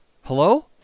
Hello